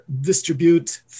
distribute